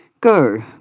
Go